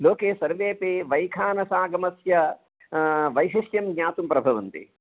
लोके सर्वेपि वैखानसागमस्य वैशिष्ट्यं ज्ञातुं प्रभवन्ति